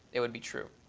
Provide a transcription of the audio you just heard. it would be true.